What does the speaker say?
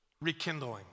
rekindling